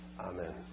Amen